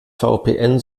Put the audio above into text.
vpn